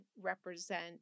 represent